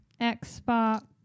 Xbox